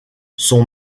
son